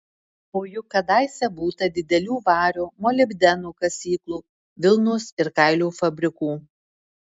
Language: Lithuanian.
o juk kadaise būta didelių vario molibdeno kasyklų vilnos ir kailių fabrikų